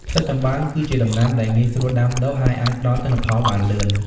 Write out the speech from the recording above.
ផ្សិតចំបើង គឺជាដំណាំដែលងាយស្រួលដាំដុះ ហើយអាចផ្តល់ទិន្នផលបានលឿន។